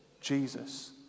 Jesus